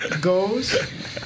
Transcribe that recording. goes